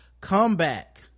comeback